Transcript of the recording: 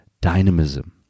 dynamism